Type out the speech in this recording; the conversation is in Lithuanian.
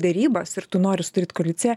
derybas ir tu nori sudaryt koaliciją